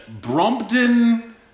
Brompton